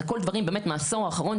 הכול דברים באמת מהעשור האחרון.